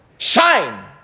Shine